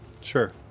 Sure